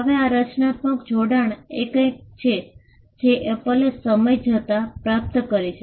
હવે આ રચનાત્મક જોડાણ એ કંઈક છે જે એપલે સમય જતાં પ્રાપ્ત કરી છે